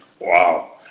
wow